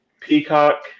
Peacock